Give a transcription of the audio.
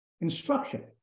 instruction